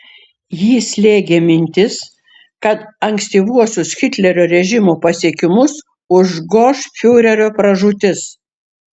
jį slėgė mintis kad ankstyvuosius hitlerio režimo pasiekimus užgoš fiurerio pražūtis